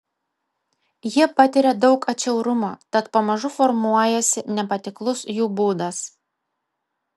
jie patiria daug atšiaurumo tad pamažu formuojasi nepatiklus jų būdas